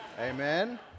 Amen